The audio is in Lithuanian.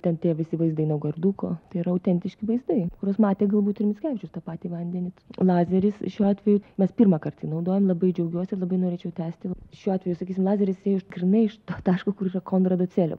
ten tie visi vaizdai naugarduko tai yra autentiški vaizdai kuriuos matė galbūt ir mickevičius tą patį vandenį lazeris šiuo atveju mes pirmąkart jį naudojom labai džiaugiuosi ir labai norėčiau tęsti šiuo atveju sakysim lazeris ėjo grynai iš to taško kur yra konrado celė